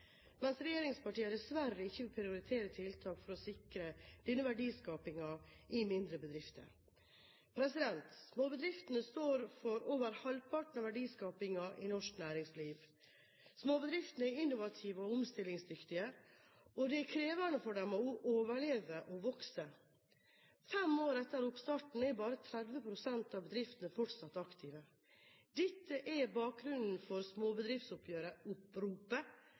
mens regjeringspartiene dessverre ikke vil prioritere tiltak for å sikre denne verdiskapingen i mindre bedrifter. Småbedriftene står for over halvparten av verdiskapingen i norsk næringsliv. Småbedriftene er innovative og omstillingsdyktige, men det er krevende for dem å overleve og vokse. Fem år etter oppstarten er bare 30 pst. av bedriftene fortsatt aktive. Dette er bakgrunnen for